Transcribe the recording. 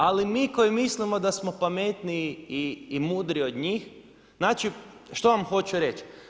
Ali mi koji mislimo da smo pametniji i mudriji od njih, znači što vam hoću reći?